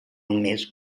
més